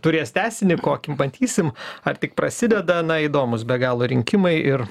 turės tęsinį kokį matysim ar tik prasideda na įdomūs be galo rinkimai ir